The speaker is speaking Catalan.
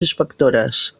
inspectores